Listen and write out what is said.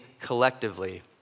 collectively